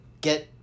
get